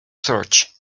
search